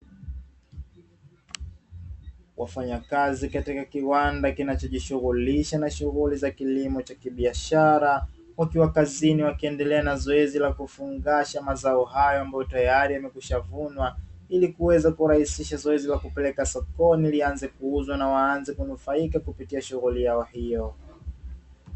Wafanyakazi katika kiwanda kinachojishughulisha na shughuli za kilimo cha kibiashara, wakiwa kazini wakiendelea na zoezi la kufungasha mazao hayo ambayo tayari yamekwishavunwa, ili kuweza kurahisisha zoezi la kupeleka sokoni lianze kuuzwa na waanze kunufaika kupitia shughuli yao hiyo.